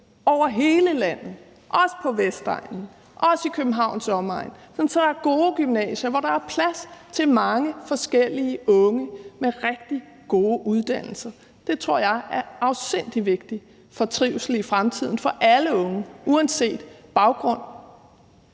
over hele landet, også på Vestegnen, også i Københavns omegn, som så er gode gymnasier med rigtig gode uddannelser, hvor der er plads til mange forskellige unge. Det tror jeg er afsindig vigtigt for trivsel i fremtiden for alle unge uanset baggrund.